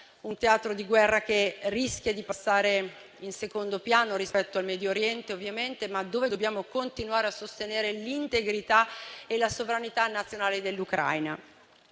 un teatro di guerra che rischia di passare in secondo piano rispetto al Medio Oriente, ovviamente, ma dove dobbiamo continuare a sostenere l'integrità e la sovranità nazionale dell'Ucraina.